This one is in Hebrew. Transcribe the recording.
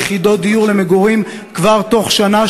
יחידות דיור למגורים כבר בתוך שנה,